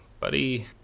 buddy